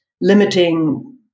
limiting